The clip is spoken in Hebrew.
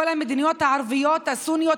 כל המדינות הערביות הסוניות,